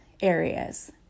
areas